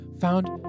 found